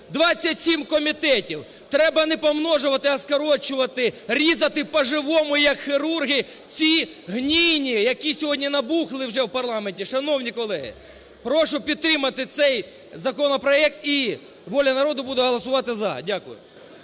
27 комітетів треба не помножувати, а скорочувати, різати по живому як хірурги ці гнійні, які сьогодні набухли вже, в парламенті. Шановні колеги, прошу підтримати цей законопроект. І "Воля народу" буде голосувати за. Дякую.